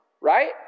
right